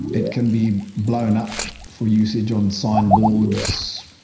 it can be blown up for usage on signboards,